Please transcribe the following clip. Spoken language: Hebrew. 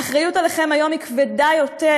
האחריות עליכם היום היא כבדה יותר,